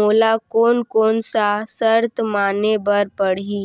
मोला कोन कोन सा शर्त माने बर पड़ही?